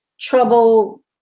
Trouble